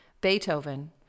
Beethoven